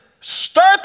start